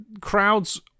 crowds